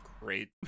Great